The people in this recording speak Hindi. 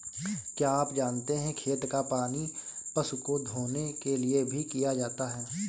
क्या आप जानते है खेत का पानी पशु को धोने के लिए भी किया जाता है?